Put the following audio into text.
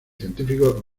científicos